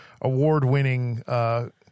award-winning